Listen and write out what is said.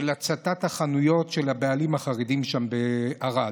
של הצתת החנויות של הבעלים החרדים שם בערד.